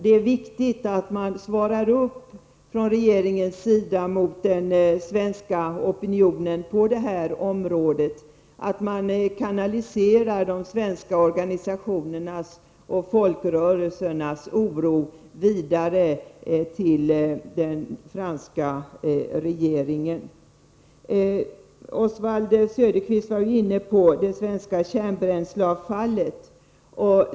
Det är viktigt att man från regeringens sida reagerar på den svenska opinionen på detta område och man kanaliserar de svenska organisationernas och folkrörelsernas oro vidare till den franska regeringen. Oswald Söderqvist var inne på det svenska kärnbränsleavfallet i Frankrike.